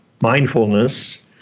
mindfulness